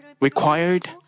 required